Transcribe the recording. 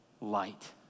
light